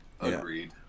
Agreed